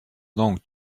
long